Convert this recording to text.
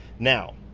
now,